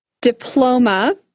diploma